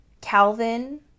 Calvin